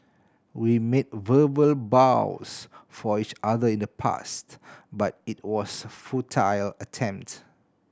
we made verbal vows for each other in the past but it was a futile attempt